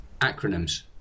Acronyms